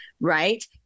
right